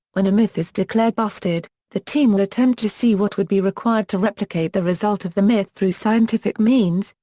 when a myth is declared busted, the team will attempt to see what would be required to replicate the result of the myth through scientific means,